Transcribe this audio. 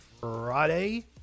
Friday